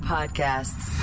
Podcasts